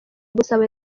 gusaba